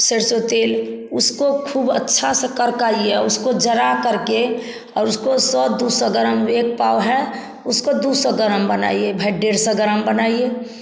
सरसों तेल उसको खूब अच्छा सा करकाईये उसको जला करके और उसको सौ दो सौ ग्राम एक पाव है उसको दो सौ ग्राम बनाइए भाई डेढ़ सौ ग्राम बनाइए